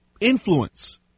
influence